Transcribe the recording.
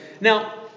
Now